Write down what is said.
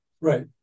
Right